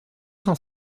cent